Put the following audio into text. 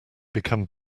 become